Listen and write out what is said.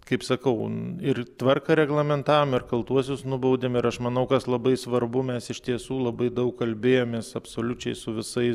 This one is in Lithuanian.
kaip sakau ir tvarką reglamentavom ir kaltuosius nubaudėm ir aš manau kas labai svarbu mes iš tiesų labai daug kalbėjomės absoliučiai su visais